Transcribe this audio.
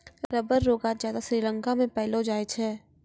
rubber रो गांछ ज्यादा श्रीलंका मे पैलो जाय छै